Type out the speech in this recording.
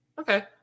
okay